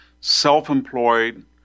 self-employed